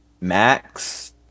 Max